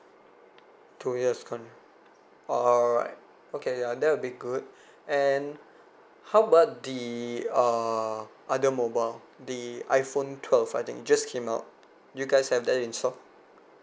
two years con~ alright okay ya that will be good and how about the uh other mobile the iphone twelve I think just came out you guys have that in stock